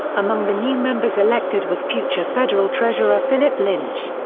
among the new members elected was future federal treasurer phillip lynch.